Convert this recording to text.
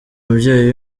umubyeyi